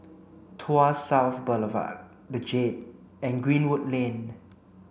Tuas South Boulevard The Jade and Greenwood Lane